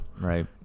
Right